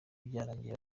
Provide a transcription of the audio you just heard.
byarangiye